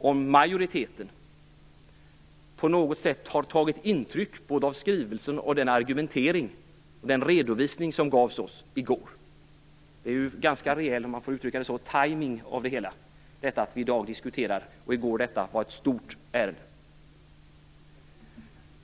om majoriteten på något sätt har tagit intryck av skrivelsen och den redovisning som gavs oss i går. Det är ju en ganska rejäl tajmning av det hela att detta var ett stort ärende i går och att vi i dag diskuterar detta.